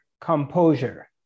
composure